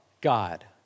God